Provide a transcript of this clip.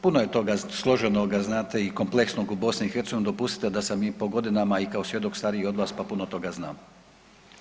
Puno je toga složenoga znate i kompleksnog u BiH, dopustite da sam i po godinama i kao svjedok stariji od vas, pa puno toga znam.